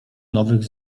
nowych